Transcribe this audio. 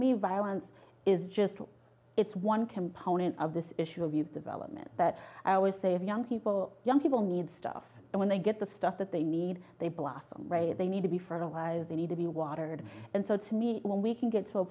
me violence is just it's one component of this issue of youth development that i always say of young people young people need stuff when they get the stuff that they need they blossom they need to be fertilized they need to be watered and so to me when we can get so